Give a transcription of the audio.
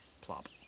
plop